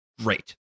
great